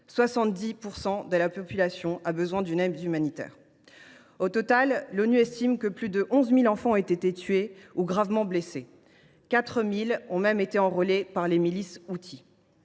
70 % de la population a besoin de l’aide humanitaire. Au total, l’ONU estime que plus de 11 000 enfants ont été tués ou gravement blessés, quand 4 000 d’entre eux ont été enrôlés par les milices houthies.